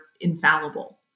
infallible